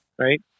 Right